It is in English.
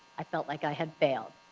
i felt like i had failed.